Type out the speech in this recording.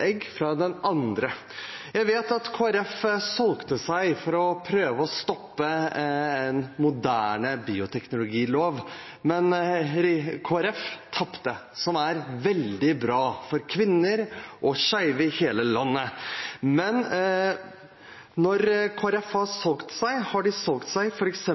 egg fra den andre. Jeg vet at Kristelig Folkeparti solgte seg for å prøve å stoppe en moderne bioteknologilov, men Kristelig Folkeparti tapte, noe som er veldig bra for kvinner og skeive i hele landet. Når Kristelig Folkeparti har solgt seg, har de solgt seg f.eks.